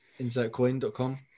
insertcoin.com